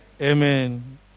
Amen